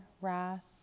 wrath